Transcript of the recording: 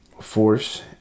force